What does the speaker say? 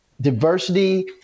diversity